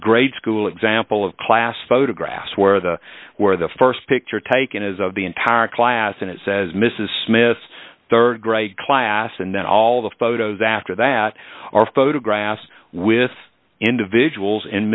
grade school example of class photographs where the where the st picture taken is of the entire class and it says mrs smith rd grade class and then all the photos after that are photographs with individuals in